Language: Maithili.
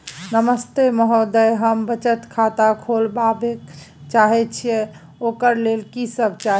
नमस्ते महोदय, हम बचत खाता खोलवाबै चाहे छिये, ओकर लेल की सब चाही?